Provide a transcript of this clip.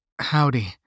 Howdy